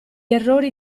errori